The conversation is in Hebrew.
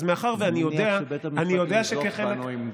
אני יודע שבית המשפט ינזוף בנו אם,